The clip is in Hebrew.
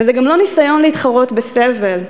וזה גם לא ניסיון להתחרות בסבל.